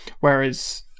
whereas